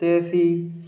ते फ्ही